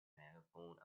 megaphone